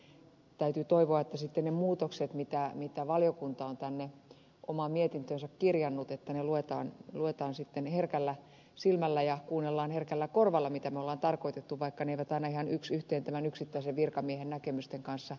rönnin puheenvuoroon täytyy toivoa että sitten ne muutokset mitä valiokunta on tänne omaan mietintöönsä kirjannut luetaan sitten herkällä silmällä ja kuunnellaan herkällä korvalla mitä me olemme tarkoittaneet vaikka ne eivät aina ihan yksi yhteen tämän yksittäisen virkamiehen näkemysten kanssa menekään